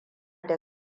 da